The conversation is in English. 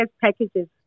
packages